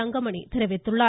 தங்கமணி தெரிவித்துள்ளார்